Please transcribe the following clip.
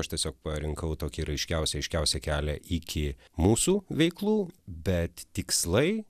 aš tiesiog parinkau tokį raiškiausią aiškiausią kelią iki mūsų veiklų bet tikslai